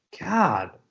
God